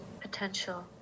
potential